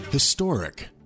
Historic